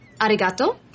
arigato